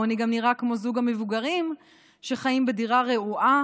העוני גם נראה כמו זוג המבוגרים שחיים בדירה רעועה